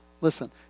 Listen